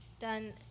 done